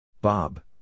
Bob